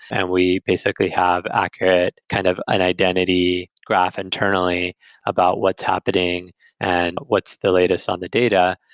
and we basically have accurate, kind of an identity graph internally about what's happening and what's the latest on the data.